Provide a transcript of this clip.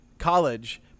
college